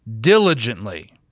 diligently